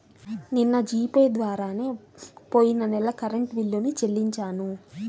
నిన్న G pay ద్వారానే పొయ్యిన నెల కరెంట్ బిల్లుని చెల్లించాను